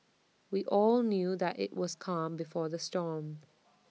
we all knew that IT was calm before the storm